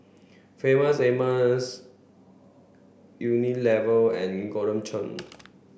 famous Amos Unilever and Golden Churn